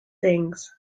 things